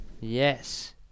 Yes